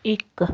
ਇੱਕ